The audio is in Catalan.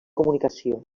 comunicació